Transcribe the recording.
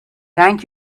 thank